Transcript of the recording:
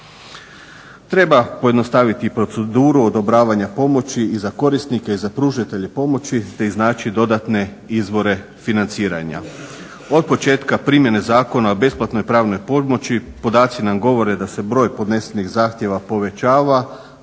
Treba pojednostaviti proceduru odobravanja pomoći i za korisnike i za pružatelje pomoći te iznaći dodatne izvore financiranja. Od početka primjene Zakona o besplatnoj pravnoj pomoći podaci nam govore da se broj podnesenih zahtjeva povećava